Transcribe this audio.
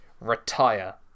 retire